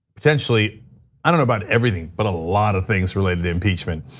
potentially i don't know about everything, but a lot of things related to impeachment.